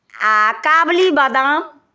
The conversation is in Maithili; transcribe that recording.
आ काबुली बादाम